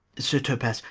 sir topas,